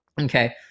Okay